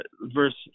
verse